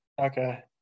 Okay